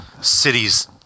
cities